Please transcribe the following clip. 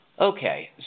Okay